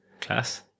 Class